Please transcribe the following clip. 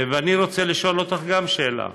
ואני רוצה לשאול אותך גם שאלה: